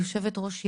יושבת ראש יה"ת,